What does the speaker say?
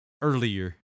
earlier